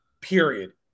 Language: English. period